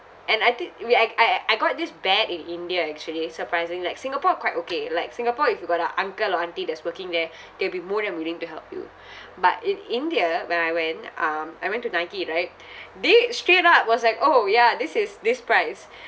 and I think we I I I I got this bad in india actually surprisingly like singapore quite okay like singapore if you got a uncle or auntie that's working there they'll be more than willing to help you but in india when I went um I went to Nike right they straight up was like orh ya this is this price